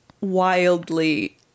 wildly-